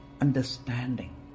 understanding